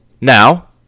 Now